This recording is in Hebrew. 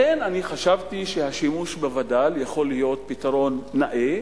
לכן אני חשבתי שהשימוש בווד"ל יכול להיות פתרון נאה,